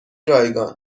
رایگان